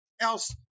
else